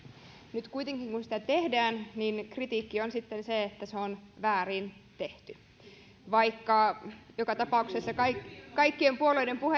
nyt kuitenkin kun sitä tehdään niin kritiikki on sitten se että se on väärin tehty joka tapauksessa kaikkien kaikkien puolueiden